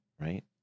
right